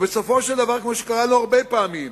בסופו של דבר, כמו שקרה לנו הרבה פעמים,